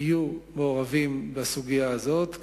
יהיו מעורבים בסוגיה הזאת,